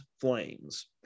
flames